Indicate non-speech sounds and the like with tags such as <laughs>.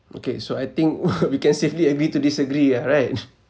okay so I think <laughs> we can safely agree to disagree yeah right <laughs>